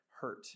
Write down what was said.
hurt